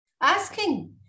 asking